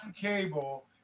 cable